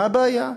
מה הבעיה?